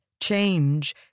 change